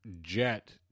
jet